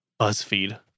BuzzFeed